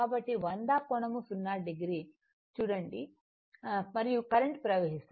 కాబట్టి 100 కోణం 0 o మరియు కరెంట్ ప్రవహిస్తోంది